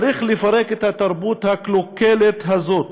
צריך לפרק את התרבות הקלוקלת הזאת,